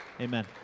Amen